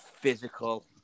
physical